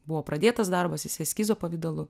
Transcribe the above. buvo pradėtas darbas jis eskizo pavidalu